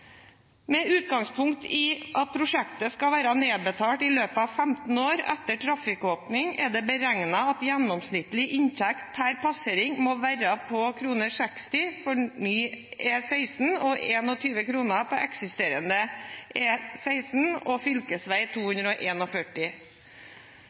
Med utgangspunkt i at prosjektet skal være nedbetalt i løpet av 15 år etter trafikkåpning, er det beregnet at gjennomsnittlig inntekt per passering må være på kr 60 for ny E16 og kr 21 for eksisterende E16 og fv. Nå er det tilslutning både lokalt og